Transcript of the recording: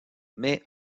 mais